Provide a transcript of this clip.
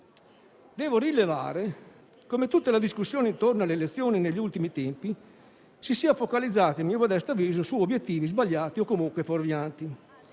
Devo rilevare come tutte le discussioni intorno alle elezioni negli ultimi tempi si sia focalizzata a mio modesto avviso su obiettivi sbagliati o comunque fuorvianti.